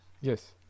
yes